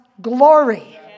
glory